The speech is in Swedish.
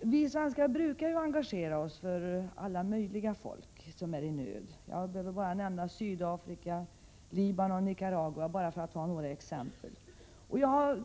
Vi svenskar brukar ju engagera oss för alla möjliga länder och folk som befinner sig i nöd. Bara för att ta några exempel kan jag nämna Sydafrika, Libanon och Nicaragua.